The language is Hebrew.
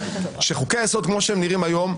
אבל, כמובן --- אנחנו נשמח מאוד.